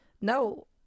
No